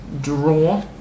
draw